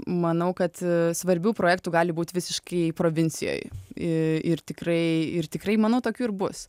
manau kad svarbių projektų gali būti visiškai provincijoj ir tikrai ir tikrai manau tokių ir bus